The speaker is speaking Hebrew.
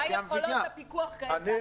מה יכולות הפיקוח כעת.